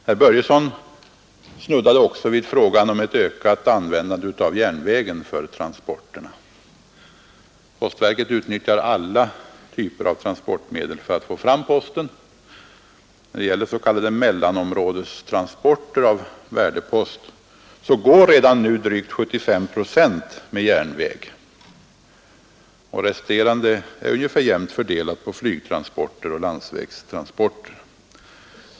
Herr Börjesson i Falköping snuddade också vid frågan om ett ökat användande av järnvägen för transporterna. Postverket utnyttjar alla typer av transportmedel för att få fram posten. När det gäller s.k. mellanområdestransporter av värdepost går redan nu drygt 75 procent med järnväg. Resten är ungefär jämnt fördelad på flygtransporter och landsvägstransporter.